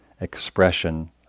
expression